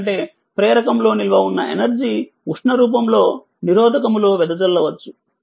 ఎందుకంటే ప్రేరకంలో నిల్వ ఉన్న ఎనర్జీ ఉష్ణ రూపంలో నిరోధకము లో వెదజల్ల వచ్చు